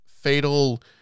fatal